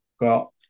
got